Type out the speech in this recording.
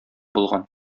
булган